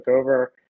over